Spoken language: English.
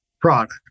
product